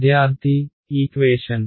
విద్యార్థి ఈక్వేషన్